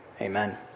Amen